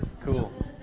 cool